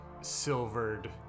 silvered